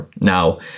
now